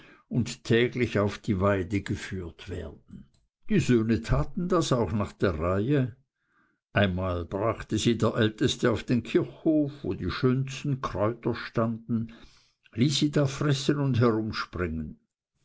und täglich hinaus auf die weide geführt werden die söhne taten das auch nach der reihe einmal brachte sie der älteste auf den kirchhof wo die schönsten kräuter standen ließ sie da fressen und herumspringen